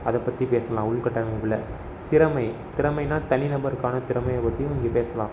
அதை பற்றி பேசலாம் உள்கட்டமைப்பில் திறமை திறமைனால் தனி நபருக்கான திறமையை பற்றியும் இங்கே பேசலாம்